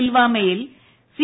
പുൽവാമയിൽ സി